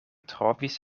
trovis